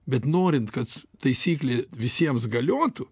bet norint kad taisyklė visiems galiotų